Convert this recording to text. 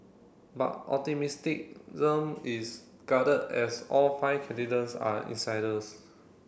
but is guarded as all five are insiders